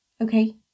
Okay